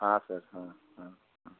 हाँ सर हाँ हाँ हाँ